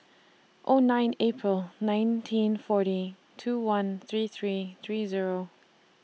O nine April nineteen forty two one three three three Zero